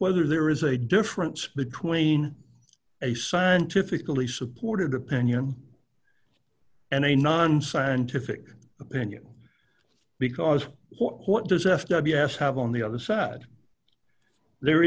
whether there is a difference between a scientifically supported opinion and a non scientific opinion because what does f b s have on the other sad there